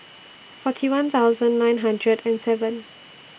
forty one thousand nine hundred and seven